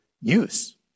use